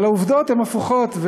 אבל העובדות הן הפוכות,